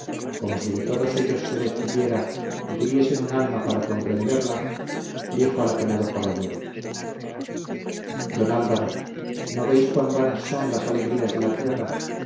como si de todos ellos se despidiera y tuviesen un alma para comprenderla dijo al apenado caballero don álvaro no veis cuán vanas son las alegrías de la tierra